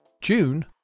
June